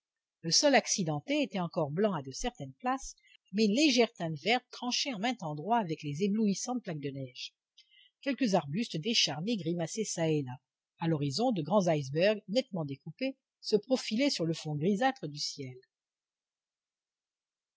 le sol accidenté était encore blanc à de certaines places mais une légère teinte verte tranchait en maint endroit avec les éblouissantes plaques de neige quelques arbustes décharnés grimaçaient çà et là à l'horizon de grands icebergs nettement découpés se profilaient sur le fond grisâtre du ciel